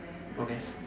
okay